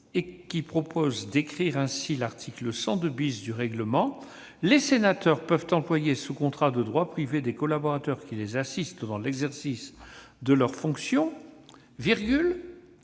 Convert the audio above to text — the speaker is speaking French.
tendant à rédiger ainsi l'article 102 du règlement :« Les sénateurs peuvent employer sous contrat de droit privé des collaborateurs qui les assistent dans l'exercice de leurs fonctions, à